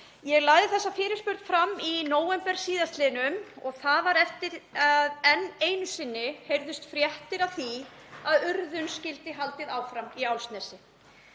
Ég lagði þessa fyrirspurn fram í nóvember síðastliðnum og það var eftir að enn einu sinni heyrðust fréttir af því að urðun skyldi haldið áfram í Álfsnesi.